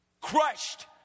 crushed